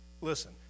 Listen